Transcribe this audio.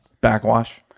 Backwash